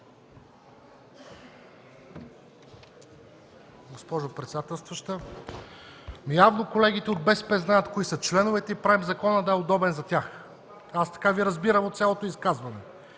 Госпожо председателстваща! Явно колегите от БСП знаят кои са членовете и правим закона да е удобен за тях. Аз така Ви разбирам от цялото изказване.